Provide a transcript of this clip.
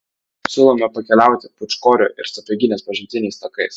siūlome pakeliauti pūčkorių ir sapieginės pažintiniais takais